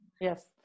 Yes